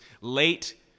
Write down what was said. late